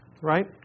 right